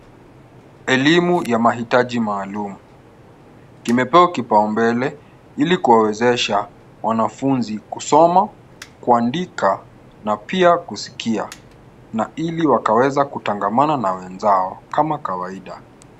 Elimu ya mahitaji maalum, kimepewa kipao mbele ili kuwawezesha wanafunzi kusoma, kuandika na pia kusikia na ili wakaweza kutangamana na wenzao kama kawaida.